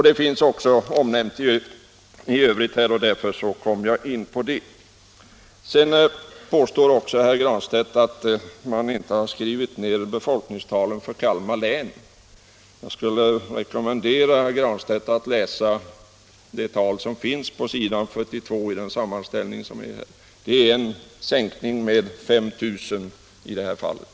Den finns också omnämnd här och var i betänkandet i övrigt. Herr Granstedt påstår att man inte skrivit ned befolkningstalen för Kalmar län. Jag skulle vilja rekommendera herr Granstedt att läsa den sammanställning som finns på s. 42 i betänkandet. De siffror som där anges innebär en sänkning med 5 000 för Kalmar län.